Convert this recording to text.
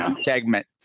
segment